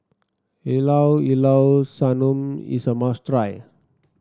Ilao Ilao Sanum is a must try